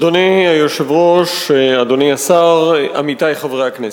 אדוני היושב-ראש, אדוני השר, עמיתי חברי הכנסת,